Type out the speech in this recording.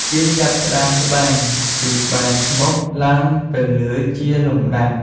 គេចាប់ផ្តើម ត្បាញពីបាតស្មុក ឡើងទៅលើជាលំដាប់។